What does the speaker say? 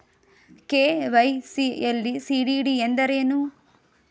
KYC ಯಲ್ಲಿ CDD ಎಂದರೇನು?